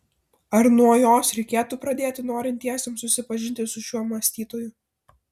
ar nuo jos reikėtų pradėti norintiesiems susipažinti su šiuo mąstytoju